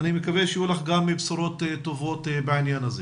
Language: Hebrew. אני מקווה שיהיו לך גם בשורות טובות בעניין הזה.